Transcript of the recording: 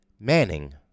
Manning